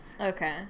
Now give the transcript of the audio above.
Okay